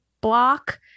block